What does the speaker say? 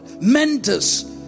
mentors